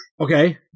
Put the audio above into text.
Okay